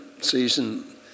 season